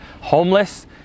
homeless